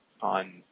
on